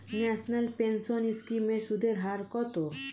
National pension scheme এর সুদের হার কত?